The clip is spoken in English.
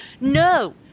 No